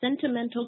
sentimental